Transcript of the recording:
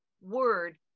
word